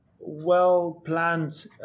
well-planned